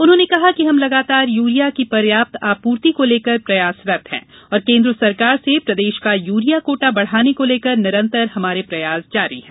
उन्होंने कहा कि हम लगातार यूरिया की पर्याप्त आपूर्ति को लेकर प्रयासरत हैं और केन्द्र सरकार से प्रदेश का युरिया कोटा बढाने को लेकर निरंतर हमारे प्रयास जारी हैं